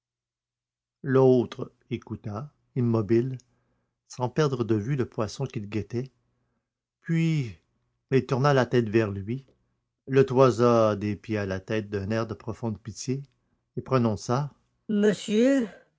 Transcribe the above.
l'autre écouta immobile sans perdre de vue le poisson qu'il guettait puis il tourna la tête vers lui le toisa des pieds à la tête d'un air de profonde pitié et prononça monsieur